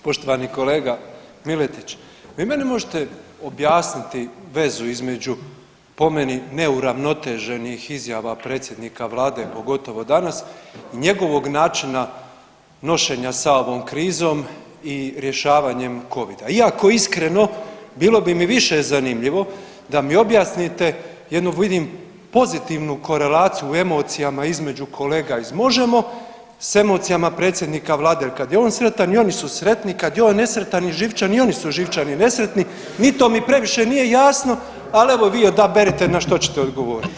Poštovani kolega Miletić, jel vi meni možete objasniti vezu između po meni neuravnoteženih izjava predsjednika vlade, pogotovo danas i njegovog načina nošenja sa ovom krizom i rješavanjem covida iako iskreno bilo bi mi više zanimljivo da mi objasnite jednu vidim pozitivnu korelaciju u emocijama između kolega iz Možemo! s emocijama predsjednika vlade jer kad je on sretan i oni su sretni, kad je on nesretan i živčan i oni su živčani i nesretni, ni to mi previše nije jasno, al evo vi odaberite na što ćete odgovoriti.